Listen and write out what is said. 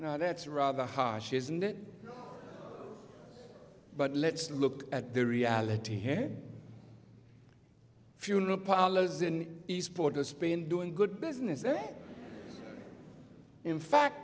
know that's rather harsh isn't it but let's look at the reality here funeral parlors in east port of spain doing good business and in fact